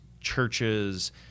churches